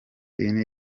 ine